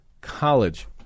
College